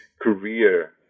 career